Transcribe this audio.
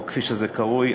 כפי שזה קרוי,